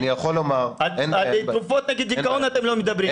על תרופות לדיכאון אתם לא מדברים.